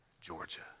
Georgia